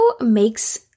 makes